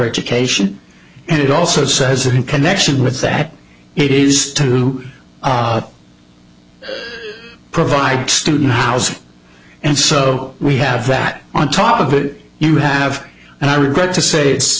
education and it also says in connection with that it is to provide student housing and so we have that on top of it you have and i regret to say it's